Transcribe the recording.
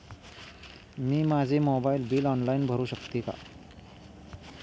मी माझे mobile bill online भरू शकते का?